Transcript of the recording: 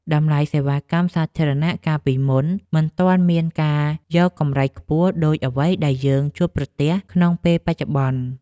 តម្លៃសេវាកម្មសាធារណៈកាលពីមុនមិនទាន់មានការយកកម្រៃខ្ពស់ដូចអ្វីដែលយើងជួបប្រទះក្នុងពេលបច្ចុប្បន្ន។